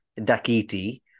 Dakiti